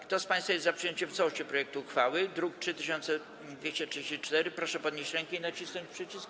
Kto z państwa jest za przyjęciem w całości projektu uchwały, druk nr 3234, proszę podnieść rękę i nacisnąć przycisk.